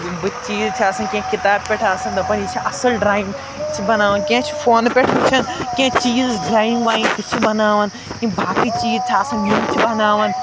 یِم بٔتھِ چیٖز چھِ آسان کینٛہہ کِتابہِ پٮ۪ٹھ آسان دَپان یہِ چھِ اَصٕل ڈرٛایِنٛگ ژٕ بَناوان کینٛہہ چھِ فونہٕ پٮ۪ٹھ وٕچھان کینٛہہ چیٖز ڈرٛایِنٛگ وایِنٛگ سُہ چھِ بَناوان یِم باقٕے چیٖز چھِ آسان یِم چھِ بَناوان